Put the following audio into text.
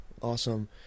awesome